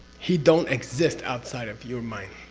he don't exist outside of your mind.